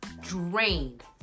drained